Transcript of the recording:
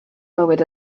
bywyd